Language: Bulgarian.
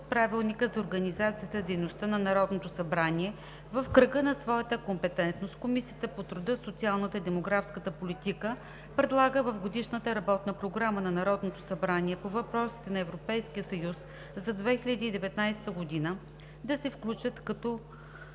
от Правилника за организацията и дейността на Народното събрание в кръга на своята компетентност Комисията по труда, социалната и демографската политика предлага в Годишната работна програма на Народното събрание по въпросите на Европейския съюз за 2019 г. да се включат като